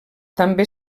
també